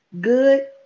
Good